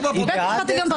בית המשפט העליון,